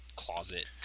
closet